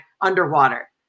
underwater